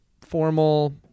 formal